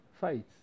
fights